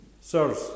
Sirs